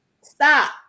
Stop